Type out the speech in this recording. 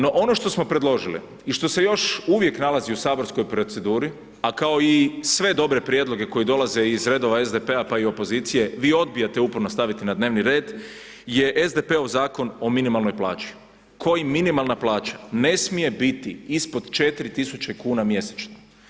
No, ono što smo predložili i što se još uvijek nalazi u saborskoj proceduri, a kao i sve dobre prijedloge koji dolaze iz redova SDP-a pa i opozicije vi odbijate uporno staviti na dnevni red, je SDP-ov zakon o minimalnoj plaći, kojim minimalna plaća ne smije biti ispod 4.000 kuna mjesečno.